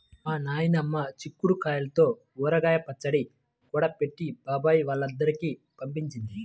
మా నాయనమ్మ చిక్కుడు గాయల్తో ఊరగాయ పచ్చడి కూడా పెట్టి బాబాయ్ వాళ్ళందరికీ పంపించేది